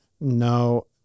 No